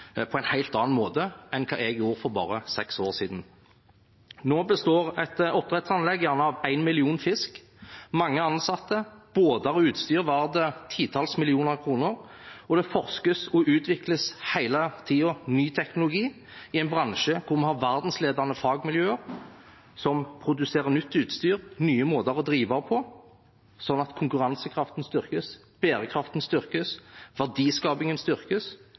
på en helt annen måte enn hva jeg gjorde for bare seks år siden. Nå består et oppdrettsanlegg gjerne av 1 million fisk, mange ansatte, båter og utstyr for titalls millioner kroner, og det forskes på og utvikles hele tiden ny teknologi i en bransje hvor vi har verdensledende fagmiljøer som produserer nytt utstyr for nye måter å drive på, sånn at konkurransekraften styrkes, bærekraften styrkes, verdiskapingen styrkes,